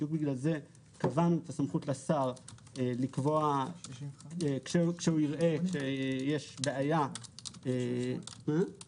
בדיוק בגלל זה קבענו את הסמכות לשר לקבוע כשיראה שיש בעיה של חוסר